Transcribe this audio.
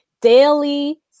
daily